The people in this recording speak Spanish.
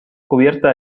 cubierta